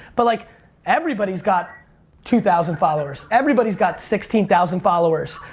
but like everybody's got two thousand followers. everybody's got sixteen thousand followers.